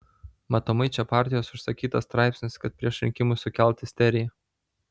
matomai čia partijos užsakytas straipsnis kad prieš rinkimus sukelt isteriją